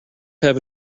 have